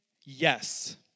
Yes